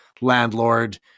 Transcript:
landlord